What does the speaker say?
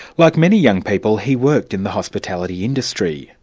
like many young people, he worked in the hospitality industry.